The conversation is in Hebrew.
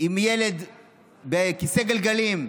ילד בכיסא גלגלים.